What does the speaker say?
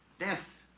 death